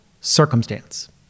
circumstance